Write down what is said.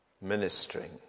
ministering